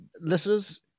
listeners